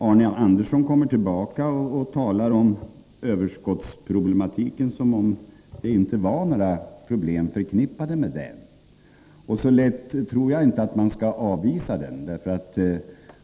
Arne Andersson i Ljung kommer tillbaka och talar om överskottsproblematiken som om det inte var några problem förknippade med överskotten. Så lätt tror jag inte att man skall avvisa dem.